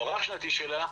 או הרב-שנתי שלה,